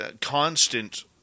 constant